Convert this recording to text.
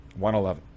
111